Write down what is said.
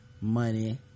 money